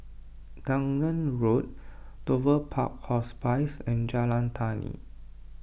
Dunearn Road Dover Park Hospice and Jalan Tani